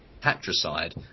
patricide